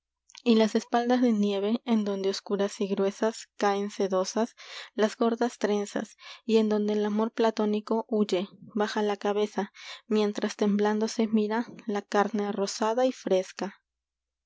y las espaldas de nieve donde caen oscuras en y gruesas sedosas las y en gordas trenzas amor donde el platónico huye baja la cabeza mientras temblando la carne se mira rosada y fresca